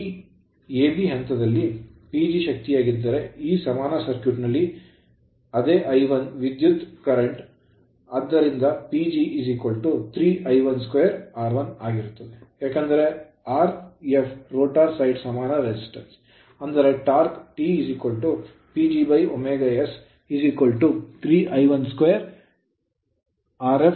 ಈ A B ಹಂತದಲ್ಲಿ PG ಶಕ್ತಿಯಾಗಿದ್ದರೂ ಈ ಸಮಾನ ಸರ್ಕ್ಯೂಟ್ ನಲ್ಲಿ ಅದೇ I1 ವಿದ್ಯುತ್ ಪ್ರವಹಿಸಲಿದೆ ಆದ್ದರಿಂದ ಪಿಜಿ 3I12rf ಆಗಿರುತ್ತದೆ ಏಕೆಂದರೆ rf ರೋಟರ್ ಸೈಡ್ ಸಮಾನ resistance ಪ್ರತಿರೋಧವಾಗಿದೆ ಅಂದರೆ torque torque T PGωs 3 I12 rf ωs